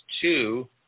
two